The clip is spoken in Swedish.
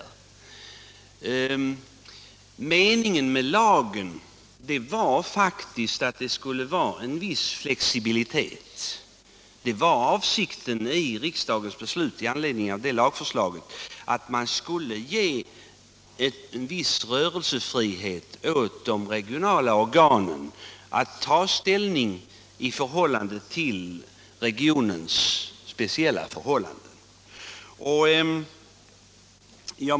Riksdagens beslut i anledning av lagförslaget siktade faktiskt till en viss flexibilitet, och meningen var att man skulle medge en viss rörelsefrihet för de regionala organen så att de kan ta ställning med utgångspunkt i regionens speciella förhållanden.